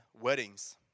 weddings